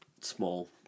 small